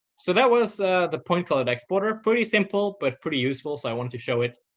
so that was the point cloud exporter. pretty simple, but pretty useful. so i wanted to show it.